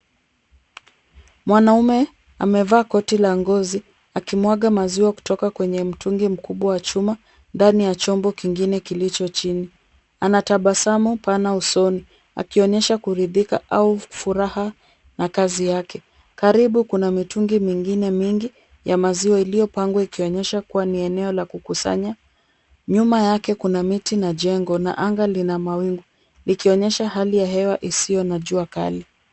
Mwanaume amevaa koti la ngozi akimwaga maziwa kutoka kwenye mtungi mkubwa wa chuma ndani ya chombo kingine kilicho chini. Anatabasamu pana usoni akionyesha kuridhika au furaha na kazi yake. Karibu kuna mitungi mengine mingi ya maziwa iliyopangwa ikionyesha kuwa ni eneo la kukusanya. Nyuma yake kuna miti na jengo na anga lina mawingu likionyesha hali ya hewa isiyo na jua kali.